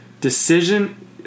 Decision